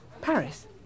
Paris